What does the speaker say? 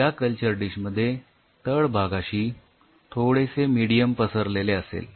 या कल्चर डिशमध्ये तळभागाशी थोडेसे मेडीयम पसरलेले असेल